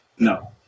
no